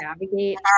navigate